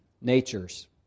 natures